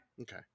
Okay